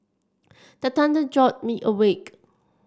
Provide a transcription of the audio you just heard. the thunder jolt me awake